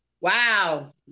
Wow